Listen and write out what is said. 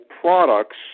products